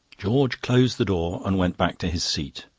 george closed the door and went back to his seat.